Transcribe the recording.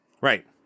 Right